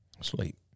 sleep